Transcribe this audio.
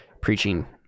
preaching